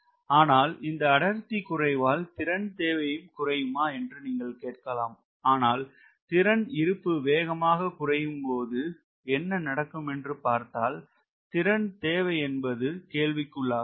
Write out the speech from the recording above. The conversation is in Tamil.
ஆனால் இந்த அடர்த்தி குறைவால் திறன் தேவையும் குறையுமா என்று நீங்கள் கேட்கலாம் ஆனால் திறன் இருப்பு வேகமாக குறையும்போது என்ன நடக்குமென்று பார்த்தால் திறன் தேவை என்பது கேள்விக்குள்ளாகலாம்